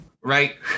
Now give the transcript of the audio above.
right